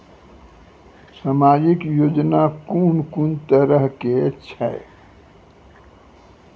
समाजिक योजना कून कून तरहक छै?